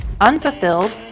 unfulfilled